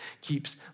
keeps